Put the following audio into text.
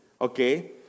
okay